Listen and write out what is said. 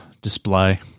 display